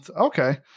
Okay